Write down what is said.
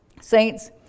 Saints